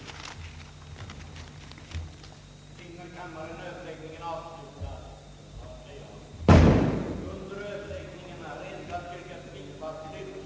Jag yrkar bifall till utskottets hemställan.